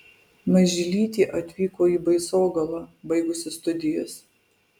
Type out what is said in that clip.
mažylytė atvyko į baisogalą baigusi studijas